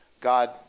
God